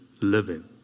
living